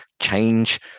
change